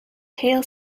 tail